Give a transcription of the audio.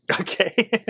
okay